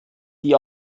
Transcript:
die